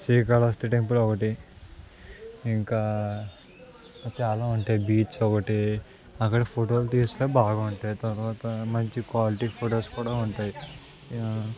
Shri Kalahasti temple ఒకటి ఇంకా చాలా ఉంటాయి బీచ్ ఒకటి అక్కడ ఫోటోలు తీస్తే బాగా ఉంటాయి తర్వాత మంచి క్వాలిటీ ఫొటోస్ కూడా ఉంటాయి